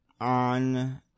on